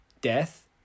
Death